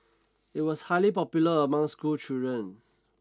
it was highly popular among schoolchildren